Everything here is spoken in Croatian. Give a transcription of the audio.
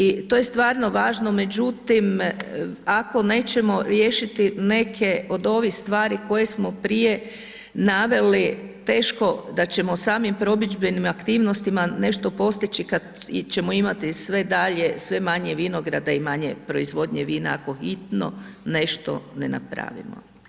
I to je stvarno važno, međutim ako nećemo riješiti neke od ovih stvari koje smo prije naveli teško da ćemo samim promidžbenim aktivnostima nešto postići kada ćemo imati sve dalje, sve manje vinograda i manje proizvodnje vina ako hitno nešto ne napravimo.